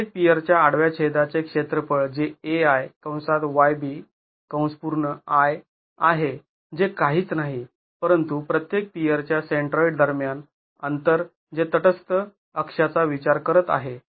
प्रत्येक पियरच्या आडव्या छेदाचे क्षेत्रफळ जे Ai i आहे जे काहीच नाही परंतु प्रत्येक पियरच्या सेंट्रॉइड दरम्यान अंतर जे तटस्थ अक्षाचा विचार करत आहे